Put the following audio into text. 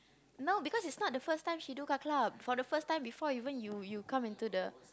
no because it's not the first time she do car club for the first time before even you you come into the